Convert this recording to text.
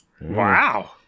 Wow